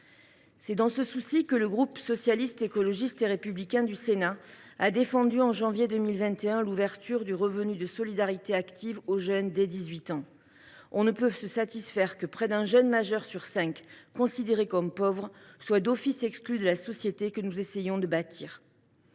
C’est dans ce souci que le groupe Socialiste, Écologiste et Républicain de notre assemblée a défendu, en janvier 2021, l’ouverture du revenu de solidarité active (RSA) aux jeunes dès l’âge de 18 ans. On ne peut se satisfaire que près d’un jeune majeur sur cinq, considéré comme pauvre, soit d’office exclu de la société que nous essayons de bâtir.